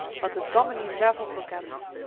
but the dominie never forgets!